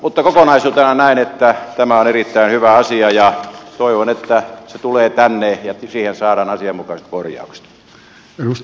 mutta kokonaisuutena näen että tämä on erittäin hyvä asia ja toivon että se tulee tänne ja siihen saadaan asianmukaiset korjaukset